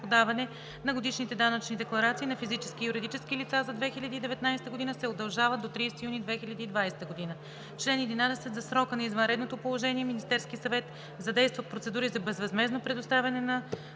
на годишните данъчни декларации на физически и юридически лица за 2019 г. се удължават до 30 юни 2020 г. Чл. 11. За срока на извънредното положение Министерският съвет задейства процедури за безвъзмездно предоставяне на